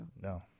No